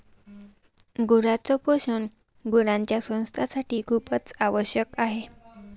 गुरांच पोषण गुरांच्या स्वास्थासाठी खूपच आवश्यक आहे